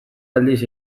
aldiz